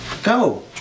Go